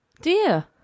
Dear